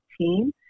team